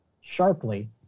sharply